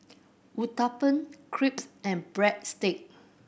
Uthapam Crepe and Breadstick